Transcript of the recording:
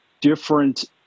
different